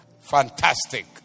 Fantastic